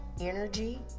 energy